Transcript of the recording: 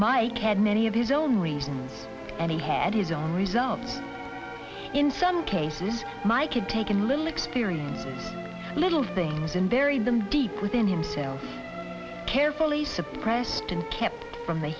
mike had many of his own reasons and he had his own results in some cases my kid taken little experience little things and buried them deep within himself carefully suppressed and kept from the